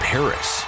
Paris